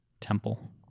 temple